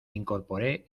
incorporé